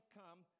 come